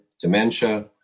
dementia